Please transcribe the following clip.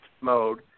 mode